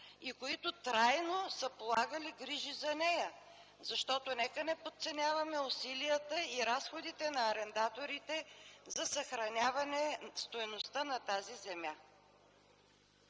и които трайно са полагали грижи за нея, защото нека не подценяваме усилията и разходите на арендаторите за съхраняване стойността на тази земя.